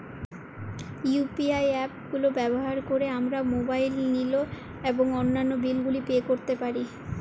UPI app গুলো ব্যবহার করে আমরা মোবাইল নিল এবং অন্যান্য বিল গুলি পে করতে পারি